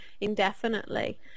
indefinitely